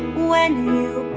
when you